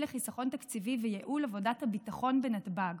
לחיסכון תקציבי וייעול עבודת הביטחון בנתב"ג.